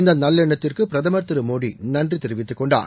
இந்த நல்லெண்ணத்திற்கு பிரதமர் திரு மோடி நன்றி தெரிவித்துக்கொண்டார்